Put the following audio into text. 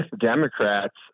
democrats